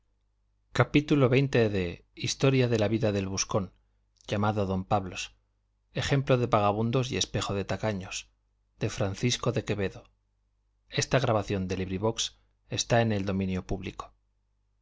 gutenberg ebook historia historia de la vida del buscón llamado don pablos ejemplo de vagamundos y espejo de tacaños de francisco de quevedo y villegas libro primero capítulo i en que